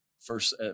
first